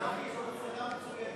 צחי, זו השגה מצוינת.